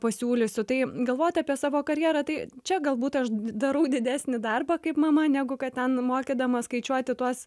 pasiūlysiu tai galvoti apie savo karjerą tai čia galbūt aš darau didesnį darbą kaip mama negu kad ten mokydama skaičiuoti tuos